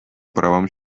правам